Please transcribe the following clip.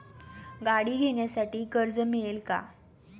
गाडी घेण्यासाठी कर्ज मिळेल का?